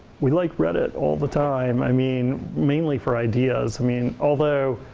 we like reddit all the time. i mean, mainly for ideas. i mean although,